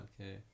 Okay